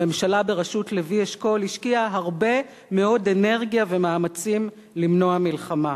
הממשלה בראשות לוי אשכול השקיעה הרבה מאוד אנרגיה ומאמצים למנוע מלחמה,